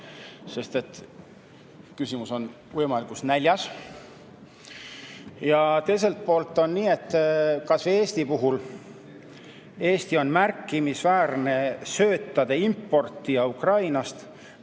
sest küsimus on võimalikus näljas. Teiselt poolt on nii, kas või Eesti puhul, et Eesti on märkimisväärne söötade importija Ukrainast,